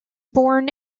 born